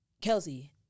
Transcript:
Kelsey